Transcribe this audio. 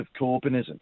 Corbynism